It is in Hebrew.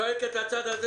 דודי שוקף,